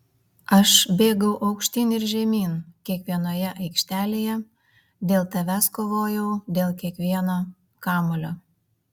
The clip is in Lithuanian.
aš bėgau aukštyn ir žemyn kiekvienoje aikštelėje dėl tavęs kovojau dėl kiekvieno kamuolio